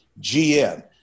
GM